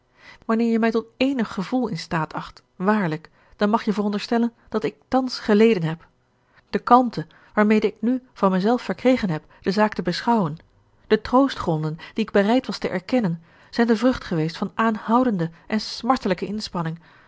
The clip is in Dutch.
wanneer je mij tot éénig gevoel in staat acht waarlijk dan mag je veronderstellen dat ik thans geleden heb de kalmte waarmede ik nu van mijzelf verkregen heb de zaak te beschouwen de troostgronden die ik bereid was te erkennen zijn de vrucht geweest van aanhoudende en smartelijke inspanning